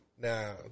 Now